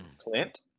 Clint